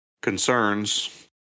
concerns